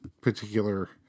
particular